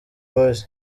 boyz